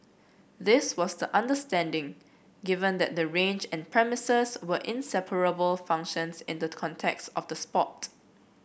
this was the understanding given that the range and the premises were inseparable functions in the context of the sport